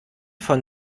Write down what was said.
von